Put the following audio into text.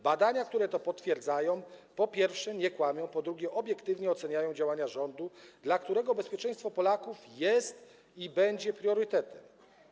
Badania, które to potwierdzają, po pierwsze, nie kłamią, po drugie, obiektywnie oceniają działania rządu, dla którego bezpieczeństwo Polaków jest i będzie priorytetem.